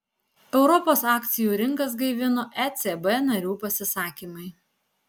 europos akcijų rinkas gaivina ecb narių pasisakymai